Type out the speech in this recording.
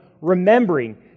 remembering